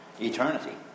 eternity